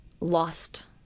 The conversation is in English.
lost